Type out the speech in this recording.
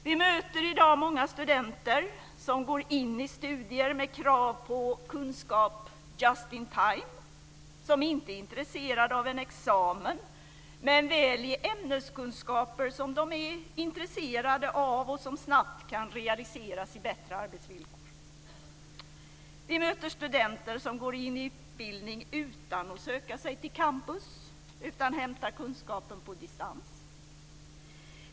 Vi möter i dag många studenter som går in i studier med krav på kunskap just in time, som inte är intresserade av en examen, men väl av kunskaper i ämnen som de är intresserade av och som snabbt kan realiseras i bättre arbetsvillkor. Vi möter studenter som går in i utbildning utan att söka sig till campus, utan hämtar kunskapen på distans.